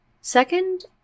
Second